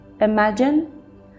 imagine